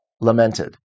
lamented